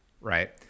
right